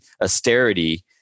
austerity